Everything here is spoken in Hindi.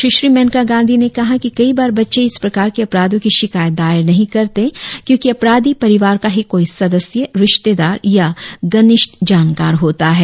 सुश्री मेनका गांधी ने कहा कि कई बार बच्चे इस प्रकार के अपराधों की शिकायत दायर नहीं करते क्योंकि अपराधी परिवार का ही कोई सदस्य रिश्तेदार या घनिष्ठ जानकार होता है